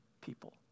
people